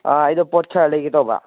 ꯑꯩꯗꯣ ꯄꯣꯠ ꯈꯔ ꯂꯩꯒꯦ ꯇꯧꯕ